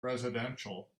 residential